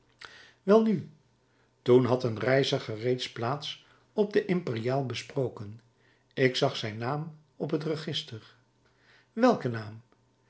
welnu toen had een reiziger reeds plaats op de imperiale besproken ik zag zijn naam op het register welken naam